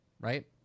Right